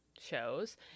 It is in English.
shows